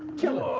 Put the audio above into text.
kill ah